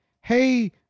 hey